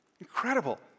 Incredible